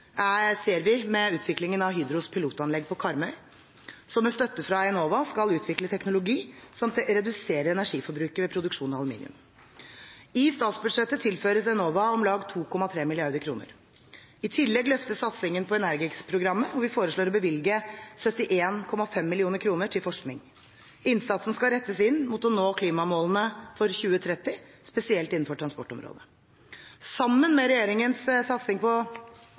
ser vi med utviklingen av Hydros pilotanlegg på Karmøy, som med støtte fra Enova skal utvikle teknologi som reduserer energiforbruket ved produksjon av aluminium. I statsbudsjettet tilføres Enova om lag 2,3 mrd. kr. I tillegg løftes satsingen på ENERGIX-programmet, og vi foreslår å bevilge 71,5 mill. kr til forskning. Innsatsen skal rettes inn mot å nå klimamålene for 2030, spesielt innenfor transportområdet. Sammen med regjeringens satsing på